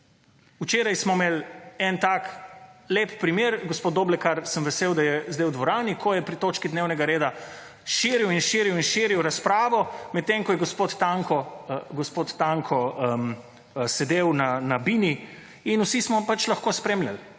Včeraj smo imeli tak lep primer - gospod Doblekar, sem vesel, da je zdaj v dvorani -, ko je pri točki dnevnega reda širil in širil in širil razpravo, medtem ko je gospod Tanko sedel na »bini« in vsi smo lahko spremljali.